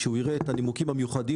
כשהוא יראה את הנימוקים המיוחדים,